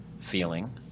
feeling